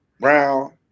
brown